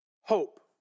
hope